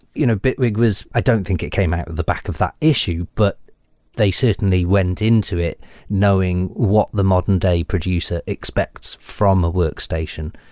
you know bitwig was i don't think it came out in the back of that issue, but they certainly went into it knowing what the modern-day producer expects from a workstation.